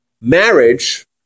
marriage